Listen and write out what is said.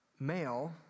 Male